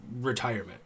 retirement